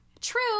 True